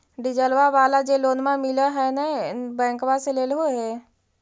डिजलवा वाला जे लोनवा मिल है नै बैंकवा से लेलहो हे?